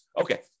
Okay